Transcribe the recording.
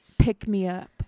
pick-me-up